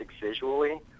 visually